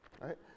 Right